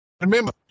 remember